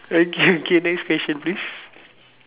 okay okay next question please